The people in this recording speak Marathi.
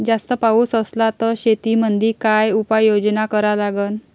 जास्त पाऊस असला त शेतीमंदी काय उपाययोजना करा लागन?